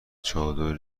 چادر